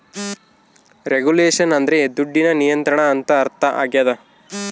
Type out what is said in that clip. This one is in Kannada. ರೆಗುಲೇಷನ್ ಅಂದ್ರೆ ದುಡ್ಡಿನ ನಿಯಂತ್ರಣ ಅಂತ ಅರ್ಥ ಆಗ್ಯದ